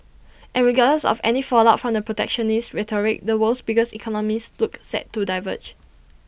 and regardless of any fallout from the protectionist rhetoric the world's biggest economies look set to diverge